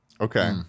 Okay